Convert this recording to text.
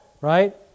right